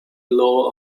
law